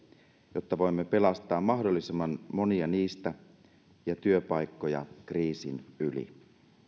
jotta voimme pelastaa mahdollisimman monia niistä ja työpaikkoja kriisin yli